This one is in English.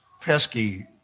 pesky